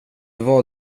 vad